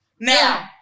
Now